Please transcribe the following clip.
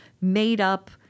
made-up